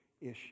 issue